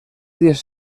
dies